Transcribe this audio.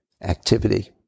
activity